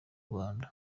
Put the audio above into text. rwanda